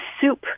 soup